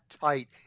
tight